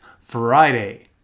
Friday